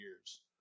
years